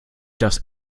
das